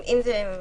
בבקשה.